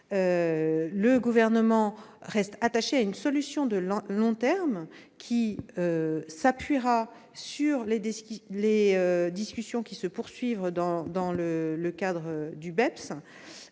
Le Gouvernement reste attaché à une solution de long terme qui s'appuiera sur les discussions en cours dans le cadre du BEPS